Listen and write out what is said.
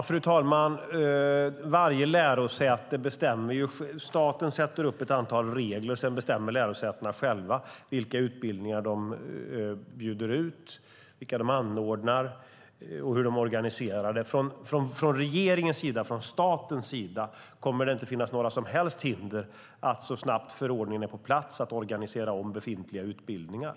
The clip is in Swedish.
Fru talman! Staten sätter upp ett antal regler, sedan bestämmer lärosätena själva vilka utbildningar de anordnar och hur de organiserar dem. Från statens och regeringens sida kommer det inte att finnas några som helst hinder att så snabbt förordningen är på plats organisera om befintliga utbildningar.